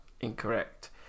Incorrect